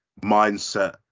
mindset